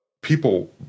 people